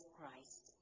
Christ